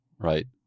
right